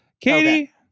Katie